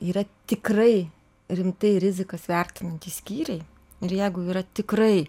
yra tikrai rimtai rizikas vertinantys skyriai ir jeigu yra tikrai